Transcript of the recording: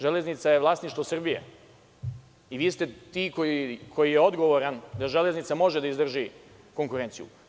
Železnica“ je vlasništvo Srbije i vi ste ti koji ste odgovorni da „Železnica“ može da izdrži konkurenciju.